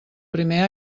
primer